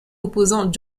opposant